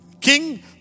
King